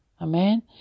Amen